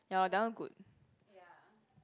ya that one good